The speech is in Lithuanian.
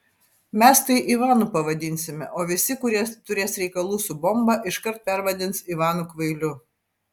mes tai ivanu pavadinsime o visi kurie turės reikalų su bomba iškart pervadins ivanu kvailiu